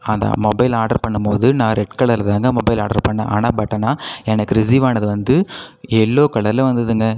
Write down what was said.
அந்த mobile order பண்ணும் போது நான் ரெட் கலரில் தாங்க மொபைல் ஆர்டர் பண்ணேன் ஆனால் பட் ஆனால் எனக்கு ரிசீவ் ஆனது வந்து எல்லோ கலரில் வந்ததுங்க